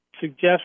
suggest